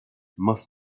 must